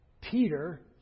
Peter